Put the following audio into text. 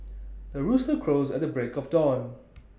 the rooster crows at the break of dawn